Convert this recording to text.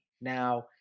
Now